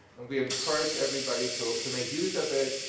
and we encourage everybody to to make use of it,